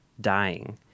dying